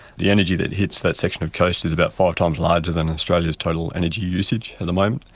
the energy that hits that section of coast is about five times larger than australia's total energy usage at the moment.